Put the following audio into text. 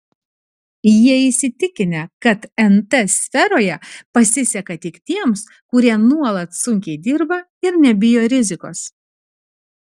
jie įsitikinę kad nt sferoje pasiseka tik tiems kurie nuolat sunkiai dirba ir nebijo rizikos